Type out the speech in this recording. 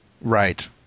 Right